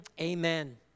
Amen